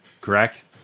correct